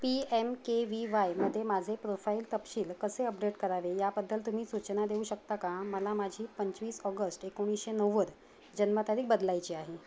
P M K V वायमध्ये माझे profile तपशील कसे अपडेट करावे याबद्दल तुम्ही सूचना देऊ शकता का मला माझी पंचवीस ऑगस्ट एकोणीसशे नव्वद जन्मतारीख बदलायची आहे